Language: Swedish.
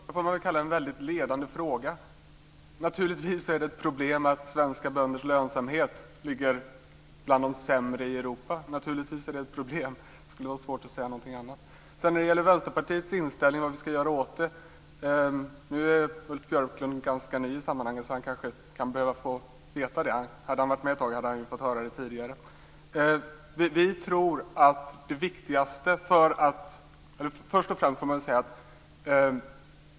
Fru talman! Det här var en väldigt ledande fråga. Naturligtvis är det ett problem att svenska bönders lönsamhet ligger bland de sämre i Europa. Det vore svårt att säga någonting annat. Sedan var det frågan om Vänsterpartiets inställning och vad som ska göras. Nu är Ulf Björklund ganska ny i sammanhanget, så han kanske kan behöva få veta. Om han hade varit med ett tag hade han fått höra det tidigare.